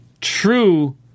true